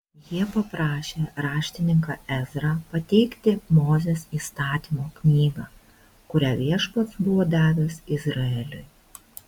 jie paprašė raštininką ezrą pateikti mozės įstatymo knygą kurią viešpats buvo davęs izraeliui